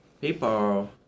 People